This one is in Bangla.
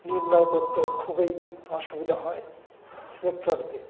নির্ণয় করতে খুবই অসুবিধা হয় সিলেক্টরদের